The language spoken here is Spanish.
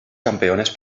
campeones